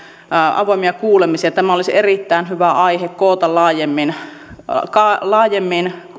avoimia kuulemisia tämä olisi erittäin hyvä aihe koota laajemmin